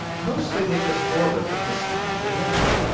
mostly they just orbit but this time they landed.